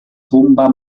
tomba